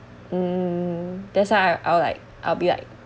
um that's why I I'll like I'll be like